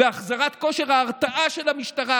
בהחזרת כושר ההרתעה של המשטרה,